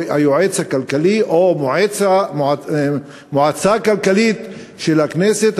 או מועצה כלכלית של הכנסת,